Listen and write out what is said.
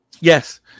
Yes